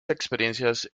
experiencias